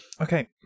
okay